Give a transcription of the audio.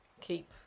keep